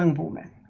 and woman